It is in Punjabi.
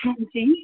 ਹਾਂਜੀ